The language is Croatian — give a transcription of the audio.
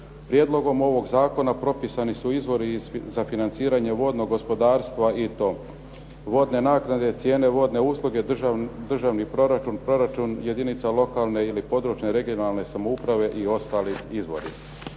Prijedlogom ovog zakona propisani su izvori za financiranje vodnog gospodarstva i to vodne naknade, cijene vodne usluge, državni proračun, proračun jedinica lokalne ili područne regionalne samouprave i ostali izvori.